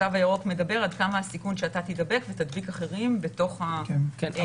התו הירוק מדבר על כמה הסיכוי שאתה תידבק ותדביק אחרים בתוך --- כן.